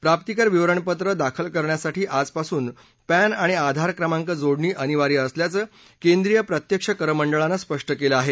प्राप्तिकर विवरणपत्र दाखल करण्यासाठी आजपासून पॅन आणि आधार क्रमांक जोडणी अनिवार्य असल्याचं केंद्रीय प्रत्यक्ष कर मंडळानं स्पष्ट केलं आहे